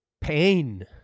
pain